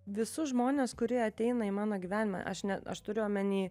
visus žmones kurie ateina į mano gyvenimą aš ne aš turiu omeny